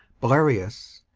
belarius,